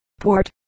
port